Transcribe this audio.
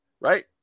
right